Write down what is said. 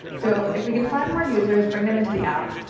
so if we can find more users, bring them into the app,